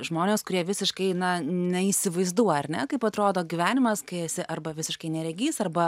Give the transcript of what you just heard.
žmonės kurie visiškai na neįsivaizduoja ar ne kaip atrodo gyvenimas kai esi arba visiškai neregys arba